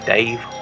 Dave